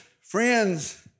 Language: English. friends